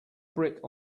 brick